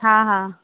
हा हा